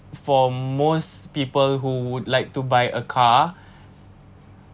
for most people who would like to buy a car